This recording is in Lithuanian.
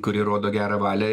kuri rodo gerą valią